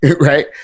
right